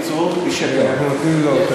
הצעות נוספות.